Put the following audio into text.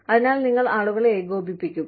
അതിനാൽ നിങ്ങൾ ആളുകളെ ഏകോപിപ്പിക്കുക